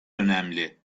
önemli